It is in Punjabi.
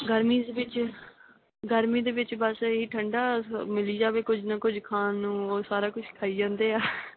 ਗਰਮੀ 'ਚ ਵਿੱਚ ਗਰਮੀ ਦੇ ਵਿੱਚ ਬਸ ਇਹੀ ਠੰਡਾ ਮਿਲੀ ਜਾਵੇ ਕੁਝ ਨਾ ਕੁਝ ਖਾਣ ਨੂੰ ਉਹ ਸਾਰਾ ਕੁਝ ਖਾਈ ਜਾਂਦੇ ਹਾਂ